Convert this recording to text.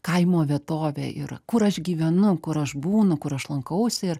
kaimo vietovė ir kur aš gyvenu kur aš būnu kur aš lankausi ir